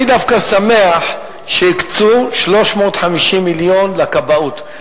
אני דווקא שמח שהקצו 350 מיליון לכבאות.